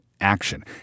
action